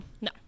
no